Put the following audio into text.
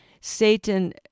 Satan